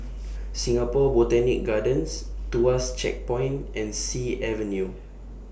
Singapore Botanic Gardens Tuas Checkpoint and Sea Avenue